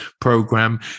program